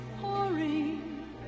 pouring